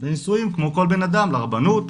לנישואים, כמו כל בנאדם לרבנות.